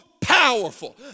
powerful